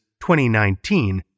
2019